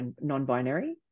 non-binary